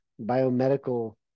biomedical